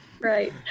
right